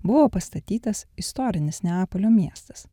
buvo pastatytas istorinis neapolio miestas